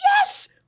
yes